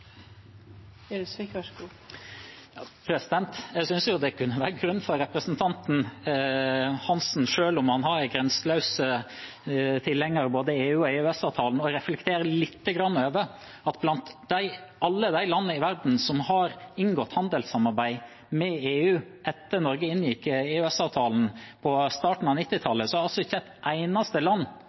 Gjelsvik har hatt ordet to ganger tidligere og får ordet til en kort merknad, begrenset til 1 minutt. Jeg synes det er grunn for representanten Hansen, selv om han er en grenseløs tilhenger av både EU og EØS-avtalen, til å reflektere lite grann over at blant alle de land i verden som har inngått handelssamarbeid med EU etter at Norge inngikk EØS-avtalen på starten av 1990-tallet, er det ikke